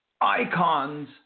icons